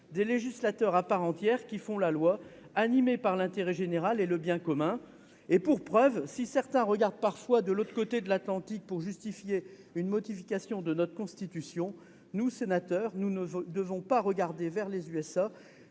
des législateurs à part entière, qui font la loi animés par l'intérêt général et le bien commun. Pour preuve, si certains regardent parfois de l'autre côté de l'Atlantique pour justifier une modification de notre Constitution, nous, sénateurs, nous ne devons pas regarder vers les